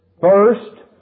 First